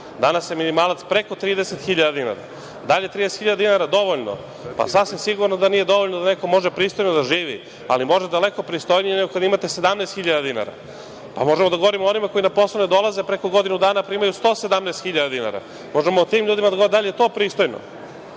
Danas je minimalac preko 30.000 dinara. Da li je 30.000 dinara dovoljno? Pa sasvim sigurno da nije dovoljno da neko može pristojno da živi, ali može daleko pristojnije nego kada imate 17.000 dinara. Možemo da govorimo o onima koji na posao ne dolaze preko godina, a primaju 117.000 dinara. Da li je to pristojno? Hajde